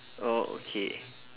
oh okay